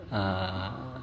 err